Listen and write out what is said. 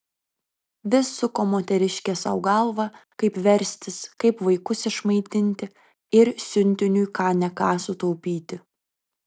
vis suko moteriškė sau galvą kaip verstis kaip vaikus išmaitinti ir siuntiniui ką ne ką sutaupyti